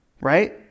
right